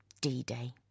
D-Day